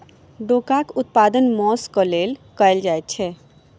डोकाक उत्पादन मौंस क लेल कयल जाइत छै